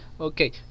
Okay